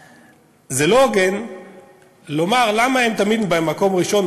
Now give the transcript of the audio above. זה לא הוגן לומר: למה הם תמיד במקום ראשון,